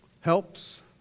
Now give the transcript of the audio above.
Helps